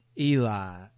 Eli